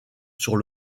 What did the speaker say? sur